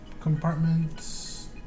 compartments